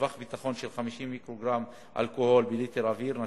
טווח ביטחון של 50 מיקרוגרם אלכוהול בליטר אוויר נשוף,